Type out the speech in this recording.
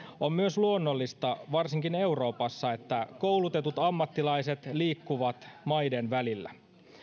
on myös luonnollista varsinkin euroopassa että koulutetut ammattilaiset liikkuvat maiden välillä